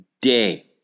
day